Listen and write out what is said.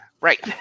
Right